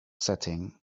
setting